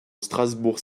strasbourg